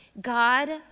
God